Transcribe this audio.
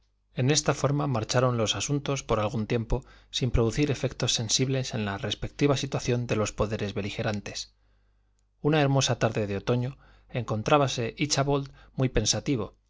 en esta forma marcharon los asuntos por algún tiempo sin producir efectos sensibles en la respectiva situación de los poderes beligerantes una hermosa tarde de otoño encontrábase íchabod muy pensativo